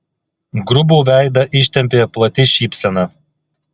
grubų veidą ištempė plati šypsena